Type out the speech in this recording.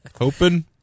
Open